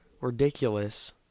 Ridiculous